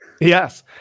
Yes